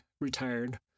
retired